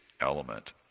element